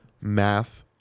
math